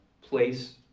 place